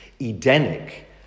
Edenic